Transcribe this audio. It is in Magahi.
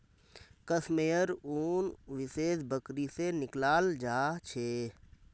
कश मेयर उन विशेष बकरी से निकलाल जा छे